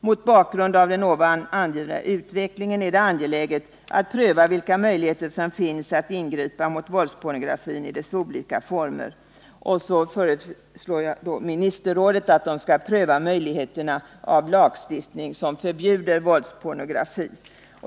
Mot bakgrund av den ovan angivna utvecklingen är det angeläget att pröva vilka möjligheter som finns att ingripa mot våldspornografin i dess olika former.” Så föreslår jag att ministerrådet skall pröva möjligheterna till lagstiftning som förbjuder våldspornografi.